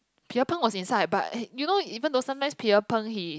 Pierre-Png was inside but you know even though sometimes PierrePng he